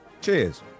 Cheers